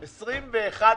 עד תשע וחצי.